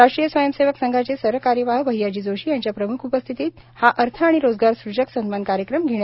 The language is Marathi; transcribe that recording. राष्ट्रीय स्वयं सेवक संघाचे सरकार्यवाह भय्याजी जोशी यांच्या प्रम्ख उपस्थितीत हा अर्थ आणि रोजगार सूजक सन्मान कार्यक्रम घेण्यात येईल